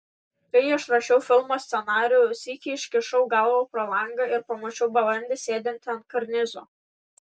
kai aš rašiau filmo scenarijų sykį iškišau galvą pro langą ir pamačiau balandį sėdintį ant karnizo